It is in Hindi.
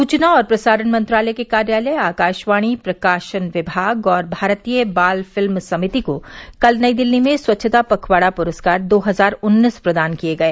सूचना और प्रसारण मंत्रालय के कार्यालय आकाशवाणी प्रकाशन विभाग और भारतीय बाल फिल्म समिति को कल नई दिल्ली में स्वच्छता पखवाड़ा पुरस्कार दो हजार उन्नीस प्रदान किए गए